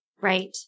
Right